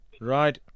Right